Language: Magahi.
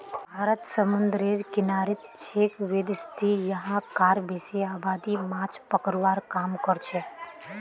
भारत समूंदरेर किनारित छेक वैदसती यहां कार बेसी आबादी माछ पकड़वार काम करछेक